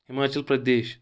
Himachal Pradesh